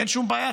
אין שום בעיה,